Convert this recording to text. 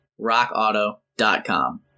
rockauto.com